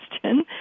question